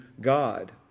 God